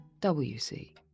WC